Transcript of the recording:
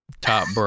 top